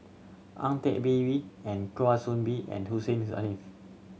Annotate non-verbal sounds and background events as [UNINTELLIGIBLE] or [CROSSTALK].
Ang Teck Bee [UNINTELLIGIBLE] and Kwa Soon Bee and Hussein Haniff